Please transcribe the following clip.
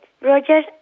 Roger